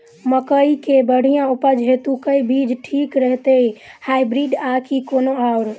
मकई केँ बढ़िया उपज हेतु केँ बीज ठीक रहतै, हाइब्रिड आ की कोनो आओर?